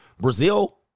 Brazil